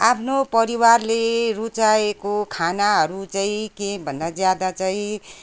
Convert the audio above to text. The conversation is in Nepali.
आफ्नो परिवारले रुचाएको खानाहरू चाहिँ के भन्दा ज्यादा चाहिँ